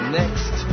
next